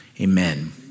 amen